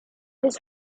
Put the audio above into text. his